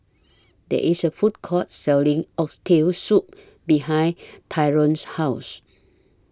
There IS A Food Court Selling Oxtail Soup behind Tyron's House